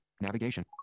navigation